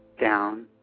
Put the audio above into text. down